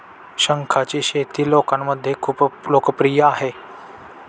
शंखांची शेती लोकांमध्ये खूप लोकप्रिय आहे